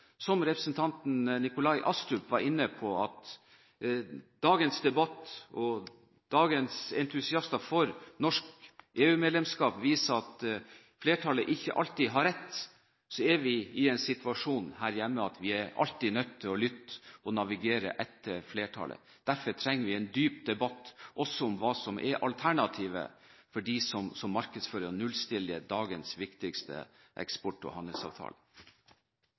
Dagens debatt og dagens entusiaster for norsk EU-medlemskap viser at flertallet ikke alltid har rett, som representanten Nikolai Astrup var inne på. Vi er i en situasjon her hjemme at vi alltid er nødt til å lytte til og navigere etter flertallet. Derfor trenger vi en dyp debatt også om hva som er alternativet for dem som markedsfører nullstilling av dagens viktigste eksport- og handelsavtale.